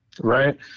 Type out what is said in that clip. Right